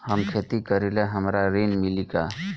हम खेती करीले हमरा ऋण मिली का?